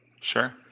Sure